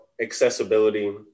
accessibility